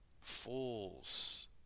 Fools